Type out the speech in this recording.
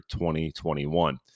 2021